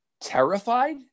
terrified